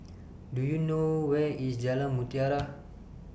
Do YOU know Where IS Jalan Mutiara